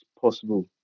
possible